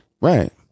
right